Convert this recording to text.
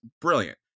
brilliant